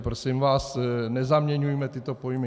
Prosím vás, nezaměňujme tyto pojmy.